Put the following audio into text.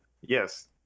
yes